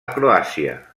croàcia